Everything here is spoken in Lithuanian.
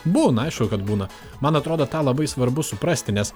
būna aišku kad būna man atrodo tą labai svarbu suprasti nes